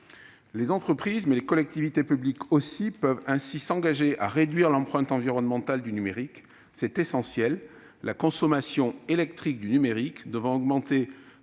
Les entreprises, mais également les collectivités publiques, peuvent ainsi s'engager à réduire l'empreinte environnementale du numérique. C'est essentiel, la consommation électrique du numérique devant augmenter